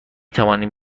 توانیم